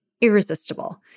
irresistible